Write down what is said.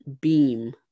beam